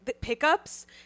pickups